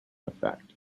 effect